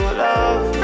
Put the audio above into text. love